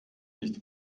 nicht